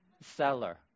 seller